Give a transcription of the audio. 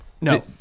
No